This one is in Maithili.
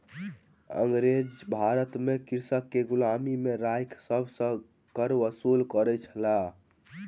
अँगरेज भारत में कृषक के गुलामी में राइख सभ सॅ कर वसूल करै छल